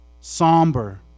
somber